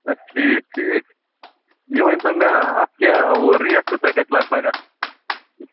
آ ٹھیٖک ٹھیٖک یہِ ؤنۍتو مےٚ اَتھ کیٛاہ ہُہ ریٹ کۭژاہ گَژھِ لگ بگ اَتھ